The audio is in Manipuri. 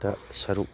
ꯇ ꯁꯔꯨꯛ